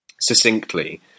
succinctly